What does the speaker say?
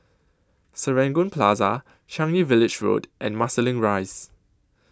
Serangoon Plaza Changi Village Road and Marsiling Rise